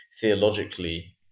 theologically